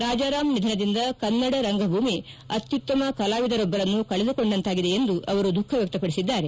ರಾಜಾರಾಮ್ ನಿಧನದಿಂದ ಕನ್ನಡ ರಂಗಭೂಮಿ ಅತ್ನುತ್ತಮ ಕಲಾವಿದರೊಬ್ಲರನ್ನು ಕಳೆದುಕೊಂಡಂತಾಗಿದೆ ಎಂದು ಅವರು ದುಖಃ ವ್ಯಕ್ಷಪಡಿಸಿದ್ದಾರೆ